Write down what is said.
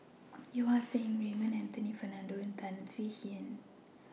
Yeo Ah Seng Raymond Anthony Fernando and Tan Swie Hian